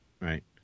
right